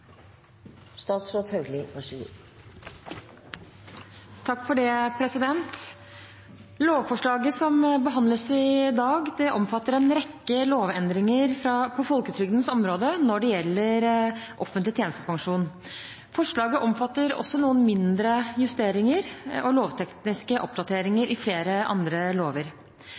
Lovforslaget som behandles i dag, omfatter en rekke lovendringer på folketrygdens område når det gjelder offentlig tjenestepensjon. Forslaget omfatter også noen mindre justeringer og lovtekniske oppdateringer i flere andre lover.